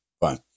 fine